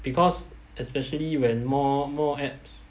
because especially when more more apps